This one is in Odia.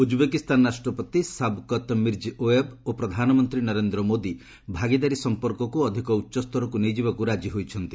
ଉକ୍ବେକିସ୍ତାନ ରାଷ୍ଟ୍ରପତି ଶାବକତ୍ ମିର୍ଜିୟୋୟେବ୍ ଓ ପ୍ରଧାନମନ୍ତ୍ରୀ ନରେନ୍ଦ୍ର ମୋଦି ଭାଗିଦାରୀ ସମ୍ପର୍କକୁ ଅଧିକ ଉଚ୍ଚ ସ୍ତରକୁ ନେଇଯିବାକୁ ରାଜି ହୋଇଛନ୍ତି